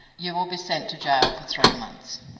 you will be sent to gaol for three months.